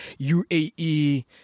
UAE